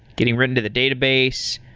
getting written to the database?